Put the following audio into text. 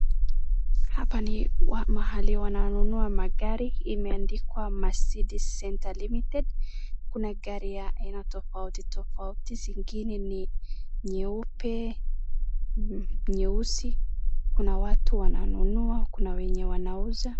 Hapa ni mahali wananunua magari imeandikwa, " Mercedes Center Ltd". Kuna gari ya aina tofauti tofauti, nyingine ni nyeupe, nyeusi. Kuna watu wananunua, kuna wenye wanauza.